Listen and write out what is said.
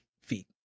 feet